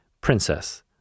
Princess